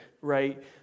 right